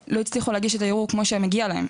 לא הצליחו להגיש את הערעור כמו שמגיע להם.